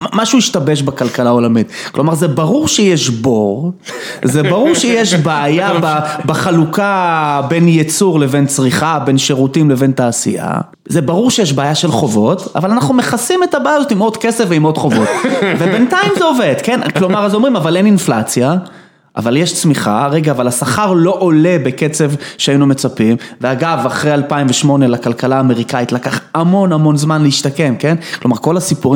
משהו השתבש בכלכלה עולמית. כלומר, זה ברור שיש בור, זה ברור שיש בעיה בחלוקה בין ייצור לבין צריכה, בין שירותים לבין תעשייה. זה ברור שיש בעיה של חובות, אבל אנחנו מכסים את הבעיות עם עוד כסף ועם עוד חובות. ובינתיים זה עובד, כן? כלומר, אז אומרים, אבל אין אינפלציה, אבל יש צמיחה. רגע, אבל השכר לא עולה בקצב שהיינו מצפים. ואגב, אחרי 2008, לכלכלה האמריקאית לקח המון המון זמן להשתקם, כן? כלומר, כל הסיפורים...